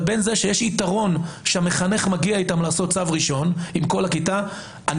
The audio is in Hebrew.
זה שיש יתרון שהמחנך מגיע איתם לעשות עם כל הכיתה צו ראשון,